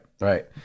right